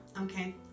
okay